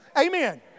Amen